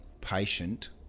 patient